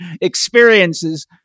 experiences